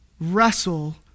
wrestle